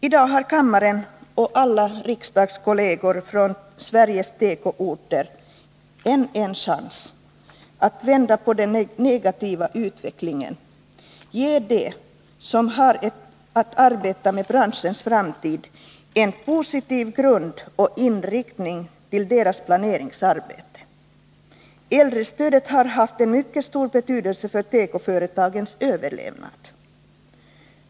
I dag har kammaren och alla riksdagskolleger från Sveriges tekoorter en chans att vända på den negativa utvecklingen och ge dem som har att arbeta med branschens framtid en positiv grund och inriktning till deras planeringsarbete. Äldrestödet har haft en mycket stor betydelse för tekoföretagens överlevnad.